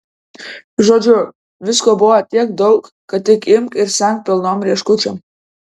žodžiu visko buvo tiek daug kad tik imk ir semk pilnom rieškučiom